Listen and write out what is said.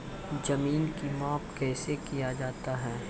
जमीन की माप कैसे किया जाता हैं?